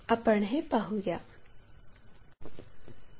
आपण हे पाहू या